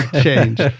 Change